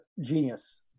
genius